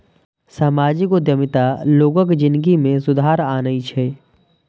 सामाजिक उद्यमिता लोगक जिनगी मे सुधार आनै छै